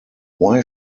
why